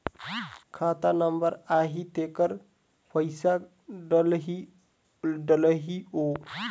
खाता नंबर आही तेकर पइसा डलहीओ?